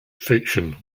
fiction